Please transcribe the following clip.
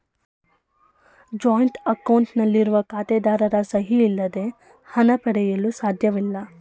joint account ನಲ್ಲಿರುವ ಖಾತೆದಾರರ ಸಹಿ ಇಲ್ಲದೆ ಹಣ ಪಡೆಯಲು ಸಾಧ್ಯವಿಲ್ಲ